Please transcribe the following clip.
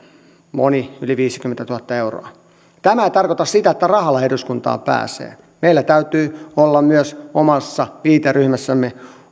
moni yli viisikymmentätuhatta euroa tämä ei tarkoita sitä että rahalla eduskuntaan pääsee meillä täytyy olla myös uskottavuutta omassa viiteryhmässämme